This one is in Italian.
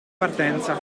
partenza